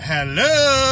Hello